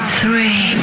three